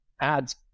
ads